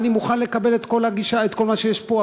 אני מוכן לקבל את כל מה שיש פה,